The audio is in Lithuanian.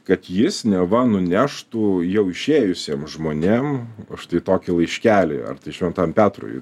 kad jis neva nuneštų jau išėjusiem žmonėm štai tokį laiškelį ar tai šventam petrui